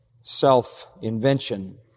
self-invention